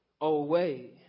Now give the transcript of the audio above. away